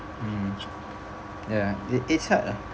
mm ya it it's hard ah